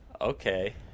Okay